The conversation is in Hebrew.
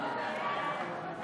הביטוח הלאומי (תיקון